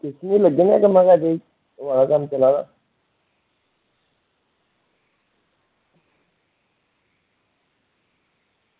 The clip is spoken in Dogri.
लग्गे दे कन्नै कोई ऐ कम्म लग्गे दा